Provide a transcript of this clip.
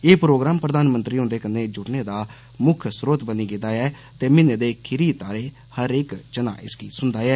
ए programme प्रधानमंत्री हन्दे कन्नै ज्ड़ने दा म्क्ख स्रोत बनी गेदा ऐ ते म्हीने दे खीरी तारे हरेक जना इस गी सुनदा ऐ